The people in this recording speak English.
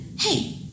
hey